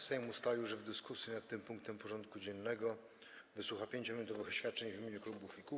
Sejm ustalił, że w dyskusji nad tym punktem porządku dziennego wysłucha 5-minutowych oświadczeń w imieniu klubów i kół.